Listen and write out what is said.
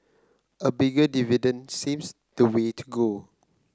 a bigger dividend seems the way to go